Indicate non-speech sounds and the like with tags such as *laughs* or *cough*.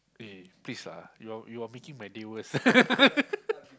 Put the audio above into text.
eh please lah you are you are making my day worse *laughs*